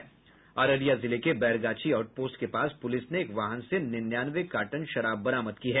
अररिया जिले के Bairgachhi outpost के पास पुलिस ने एक वाहन से निन्यावने कार्टन शराब बरामद किया है